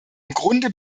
grunde